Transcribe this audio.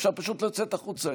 אפשר פשוט לצאת החוצה.